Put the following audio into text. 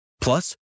Plus